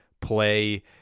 play